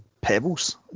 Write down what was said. pebbles